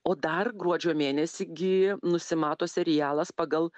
o dar gruodžio mėnesį gi nusimato serialas pagal